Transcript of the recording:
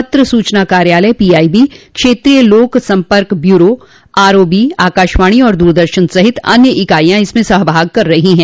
पत्र सूचना कार्यालय पीआईबी क्षेत्रीय लोक सम्पर्क ब्यूरो आरओबी आकाशवाणी और दूरदर्शन सहित अन्य इकाईयां इसमें सहभाग कर रही हैं